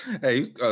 Hey